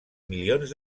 milions